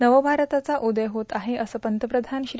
नवमारताचा उदय होत आहे असं पंतप्रधान श्री